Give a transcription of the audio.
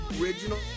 original